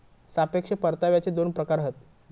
सापेक्ष परताव्याचे दोन प्रकार हत